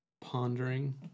pondering